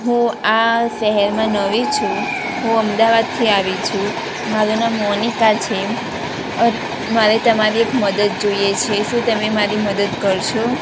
હું આ શહેરમાં નવી છું હું અમદાવાદથી આવી છું મારું નામ મોનિકા છે મારે તમારી એક મદદ જોઈએ છે શું તમે મારી મદદ કરશો